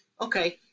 Okay